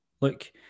look